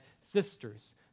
sisters